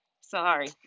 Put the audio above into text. Sorry